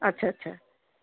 আচ্ছা আচ্ছা